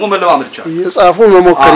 woman on the